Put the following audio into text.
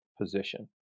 position